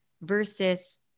versus